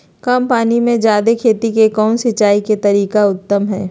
कम पानी में जयादे खेती के लिए कौन सिंचाई के तरीका उत्तम है?